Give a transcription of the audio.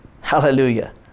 hallelujah